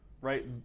right